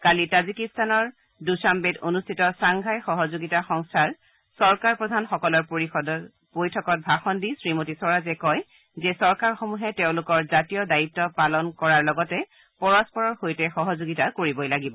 কালি তাজিকিস্তানৰ দুখাধেত অনুষ্ঠিত ছাংঘাই সহযোগিতা সংস্থাৰ চৰকাৰপ্ৰধান সকলৰ পৰিযদৰ বৈঠকত ভাষণ দি শ্ৰীমতী স্বৰাজে কয় যে চৰকাৰসমূহে তেওঁলোকৰ জাতীয় দায়িত্ব পালন কৰাৰ লগতে পৰস্পৰৰ সৈতে সহযোগিতা কৰিবই লাগিব